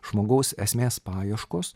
žmogaus esmės paieškos